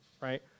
right